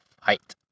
height